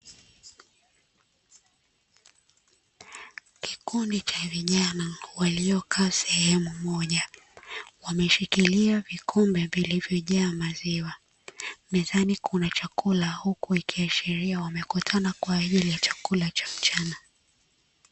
Kikundi cha vijana walio kazi sehemu moja wameshikilia vikombe, vilivyojaa maziwa mezeni kuna chakula huku ikiashiria wamekutana kwa ajili ya chakula cha mchana.